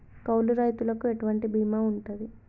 కౌలు రైతులకు ఎటువంటి బీమా ఉంటది?